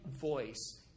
voice